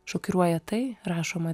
šokiruoja tai rašoma